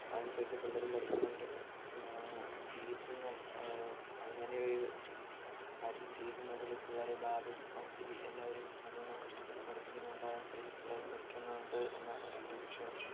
അതനുസരിച്ച് പിള്ളേരും പഠിക്കുന്നുണ്ട് ഫീസ് എന്ന് അങ്ങനെ ഒരു ആരും ഫീസ് ഒന്നും നോക്കുന്നില്ല പിള്ളേരെ ഭാവി നോക്കി എല്ലാവരും നല്ലോണം കഷ്ടപെട്ട് പഠിപ്പിക്കുന്നുണ്ട് അതനുസരിച്ച് പിള്ളേരും പഠിക്കുന്നുണ്ട് എന്നാണ് എന്റെ വിശ്വാസം